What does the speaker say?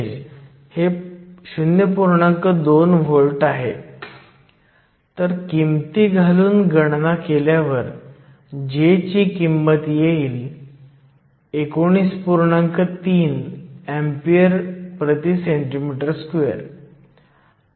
तर जंक्शनवर पसरलेल्या मायनॉरिटी कॅरियर्समुळे करंटमध्ये वाढ होत आहे या विशिष्ट प्रकरणात करंट डेन्सिटी स्थिर JsoexpeVkT 1 ने दिली जाते सहसा घातांकीय संज्ञा 1 पेक्षा जास्त असते जेणेकरून हे JsoexpeVkT परत येऊ शकते